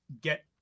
get